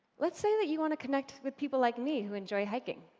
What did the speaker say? let's say that you want to connect with people like me who enjoy hiking